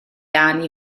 dal